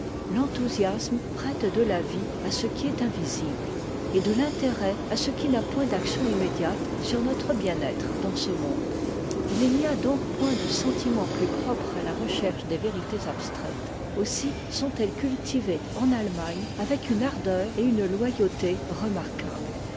l'enthousiasme prête de la vie à ce qui est invisible et de l'intérêt à ce qui n'a point d'action immédiate sur notre bien-être dans ce monde il n'y a donc point de sentiment plus propre à la recherche des vérités abstraites aussi sont-elles cultivées en allemagne avec une ardeur et une loyauté remarquables